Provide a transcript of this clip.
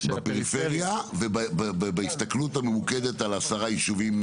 בפריפריה ובהסתכלות הממוקדת על עשרה יישובים,